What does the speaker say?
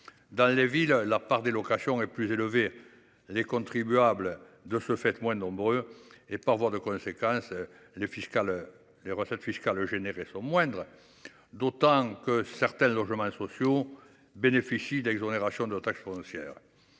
Dans les villes, la part des locations est plus élevée : les contribuables sont moins nombreux et, par voie de conséquence, les recettes fiscales sont moindres, d’autant que certains logements sociaux bénéficient d’exonérations de taxe foncière.